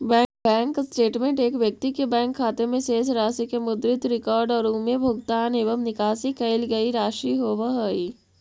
bank statement एक व्यक्ति के बैंक खाते में शेष राशि के मुद्रित रिकॉर्ड और उमें भुगतान एवं निकाशी कईल गई राशि होव हइ